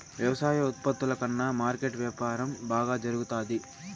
వ్యవసాయ ఉత్పత్తుల కన్నా మార్కెట్ వ్యాపారం బాగా జరుగుతాది